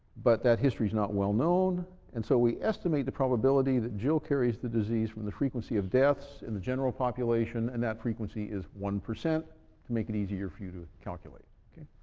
but that history's not well known, and so we estimate the probability that jill carries the disease from the frequency of deaths in the general population and that frequency is one to make it easier for you to calculate. okay?